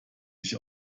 sich